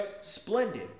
splendid